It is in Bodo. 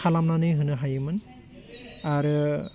खालामनानै होनो हायोमोन आरो